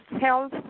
health